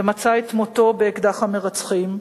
ומצא את מותו באקדח המרצחים.